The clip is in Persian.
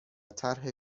طرح